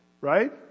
right